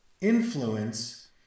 influence